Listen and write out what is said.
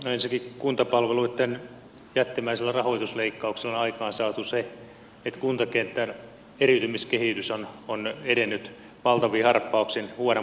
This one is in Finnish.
ensinnäkin kuntapalveluitten jättimäisillä rahoitusleikkauksilla on aikaansaatu se että kuntakentän eriytymiskehitys on edennyt valtavin harppauksin huonompaan suuntaan